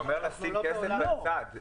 זה אומר לשים כסף בצד.